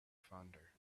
fonder